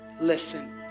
listen